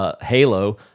Halo